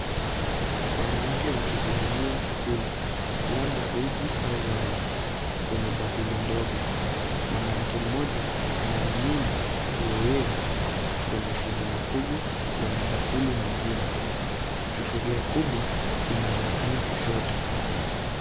Wanawake wakihudumia chakula, labda uji au wali, Kwenye bakuli ndogo, mwanamke mmoja ana mimina kiowevu, Kwenye sinia kubwa, lenye bakuli nyingine, Sufuria kubwa, inaonekana kushoto.